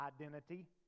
identity